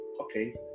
okay